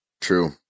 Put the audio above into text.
True